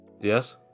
Yes